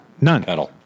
None